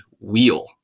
wheel